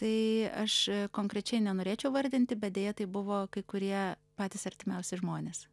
tai aš konkrečiai nenorėčiau vardinti bet deja tai buvo kai kurie patys artimiausi žmonės